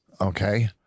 Okay